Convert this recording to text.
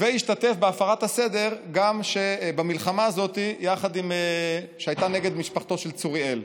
והשתתף בהפרת הסדר גם במלחמה הזאת שהייתה נגד משפחתו של צוריאל.